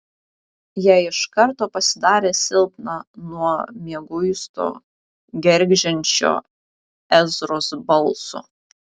jai iš karto pasidarė silpna nuo mieguisto gergždžiančio ezros balso